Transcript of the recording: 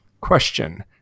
Question